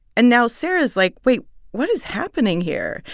and now sarah is like, wait what is happening here?